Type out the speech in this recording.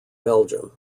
belgium